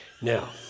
Now